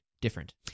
different